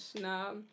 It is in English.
no